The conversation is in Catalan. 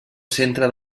centre